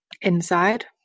inside